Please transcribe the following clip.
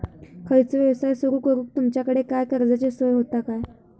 खयचो यवसाय सुरू करूक तुमच्याकडे काय कर्जाची सोय होता काय?